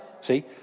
See